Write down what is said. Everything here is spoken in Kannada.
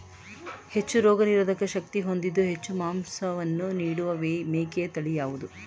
ಹೆಚ್ಚು ರೋಗನಿರೋಧಕ ಶಕ್ತಿ ಹೊಂದಿದ್ದು ಹೆಚ್ಚು ಮಾಂಸವನ್ನು ನೀಡುವ ಮೇಕೆಯ ತಳಿ ಯಾವುದು?